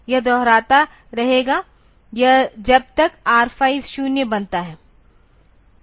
यह दोहराता रहेगा जब तक R5 0 बनता है